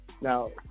Now